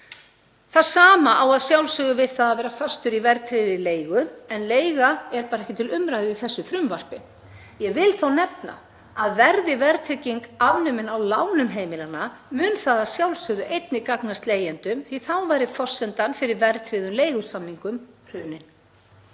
Það sama á að sjálfsögðu við það að vera fastur í verðtryggðri leigu en leiga er bara ekki til umræðu í þessu frumvarpi. Ég vil þó nefna að verði verðtrygging afnumin á lánum heimilanna mun það að sjálfsögðu einnig gagnast leigjendum því þá væri forsendan fyrir verðtryggðum leigusamningum hrunin.